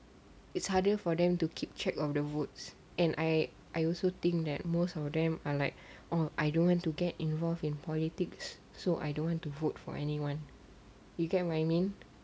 it's harder for them to keep track of the votes and I I also think that most of them are like or I don't want to get involved in politics so I don't want to vote for anyone you get what I mean